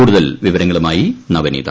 കൂടുതൽ വിവരങ്ങളുമായി നവനീത